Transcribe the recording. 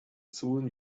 soon